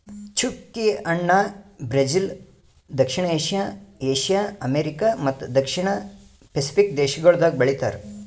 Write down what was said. ಚ್ಚುಕಿ ಹಣ್ಣ ಬ್ರೆಜಿಲ್, ದಕ್ಷಿಣ ಏಷ್ಯಾ, ಏಷ್ಯಾ, ಅಮೆರಿಕಾ ಮತ್ತ ದಕ್ಷಿಣ ಪೆಸಿಫಿಕ್ ದೇಶಗೊಳ್ದಾಗ್ ಬೆಳಿತಾರ್